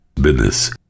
business